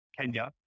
Kenya